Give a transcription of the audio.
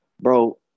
bro